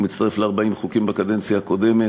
והוא מצטרף ל-40 חוקים בקדנציה הקודמת.